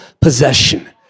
possession